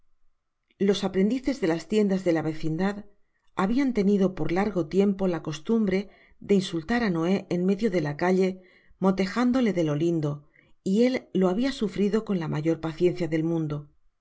los aprendices de las tiendas de la vecindad habian tenido por largo tiempo la costumbre de insultar á noé en medio de la calle motejándole de lo lindo y él lo había sufrido con la mayor paciencia del mundo